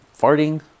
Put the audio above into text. farting